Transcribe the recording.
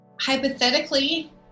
Hypothetically